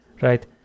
right